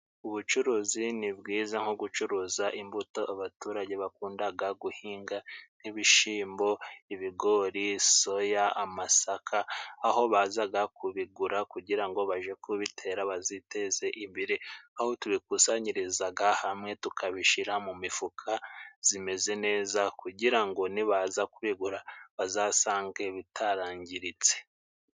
Ubucuruzi ni bwiza nko gucuruza imbuto abaturage bakundaga guhinga nk'ibishimbo ,ibigori, soya, amasaka, aho bazaga kubigura kugira ngo baje kubitera baziteze imbere, aho tubikusanyirizaga hamwe tukabishira mu mifuka zimeze neza kugira ngo nibaza kubigura bazasange bitarangiritse.